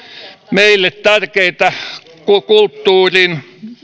meille tärkeitä kulttuurin